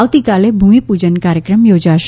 આવતીકાલે ભૂમિપૂજન કાર્યક્રમ યોજાશે